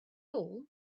all